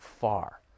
far